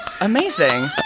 Amazing